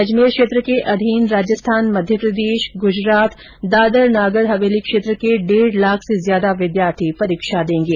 अजमेर क्षेत्र के अधीन राजस्थान मध्यप्रदेश गुजरात दादर नगर हवेली क्षेत्र के डेढ़ लाख से ज्यादा विद्यार्थी परीक्षाएं देंगे